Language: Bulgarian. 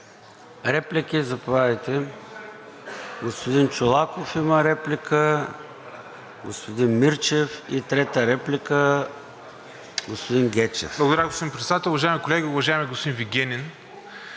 Реплики? Заповядайте. Господин Чолаков има реплика, господин Мирчев и трета реплика – господин Гечев. ИВАЙЛО МИРЧЕВ (ДБ): Благодаря, господин Председател. Уважаеми колеги, уважаеми господин Вигенин!